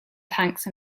tanks